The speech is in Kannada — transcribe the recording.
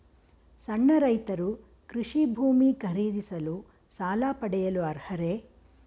ಸಣ್ಣ ರೈತರು ಕೃಷಿ ಭೂಮಿ ಖರೀದಿಸಲು ಸಾಲ ಪಡೆಯಲು ಅರ್ಹರೇ?